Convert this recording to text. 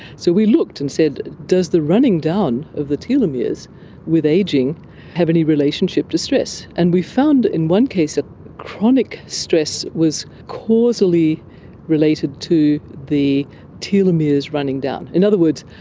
so we looked and said does the running down of the telomeres with ageing have any relationship to stress? and we found in one case ah chronic stress was causally related to the telomeres running down. in other words,